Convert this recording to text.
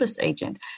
agent